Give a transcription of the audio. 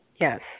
Yes